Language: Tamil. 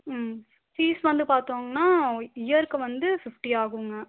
ம் ஃபீஸ் வந்து பார்த்தோங்கன்னா இயருக்கு வந்து ஃபிஃப்டி ஆகும்ங்க